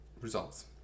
results